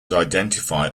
identify